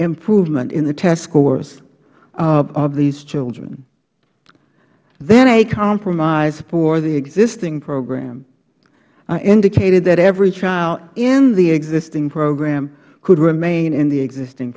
improvement in the test scores of these children then a compromise for the existing program indicated that every child in the existing program could remain in the existing